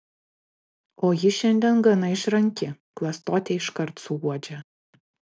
o ji šiandien gana išranki klastotę iškart suuodžia